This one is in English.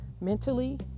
mentally